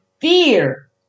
fear